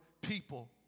people